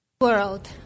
World